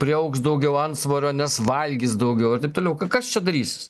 priaugs daugiau antsvorio nes valgys daugiau ir taip toliau kas čia darysis